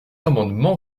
amendement